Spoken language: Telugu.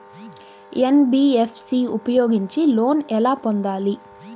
ఎన్.బీ.ఎఫ్.సి ఉపయోగించి లోన్ ఎలా పొందాలి?